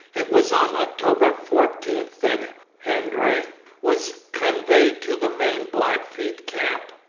it was on october fourteen that hendry was conveyed to the main blackfeet camp.